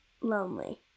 lonely